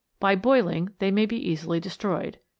by boiling they may be easily destroyed.